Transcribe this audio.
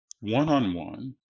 one-on-one